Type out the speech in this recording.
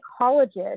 psychologist